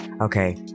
Okay